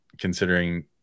considering